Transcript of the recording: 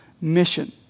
mission